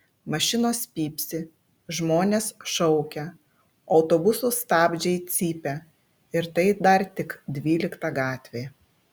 mašinos pypsi žmonės šaukia autobusų stabdžiai cypia ir tai dar tik dvylikta gatvė